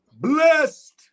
Blessed